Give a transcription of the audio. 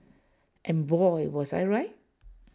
and boy was I right